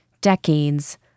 decades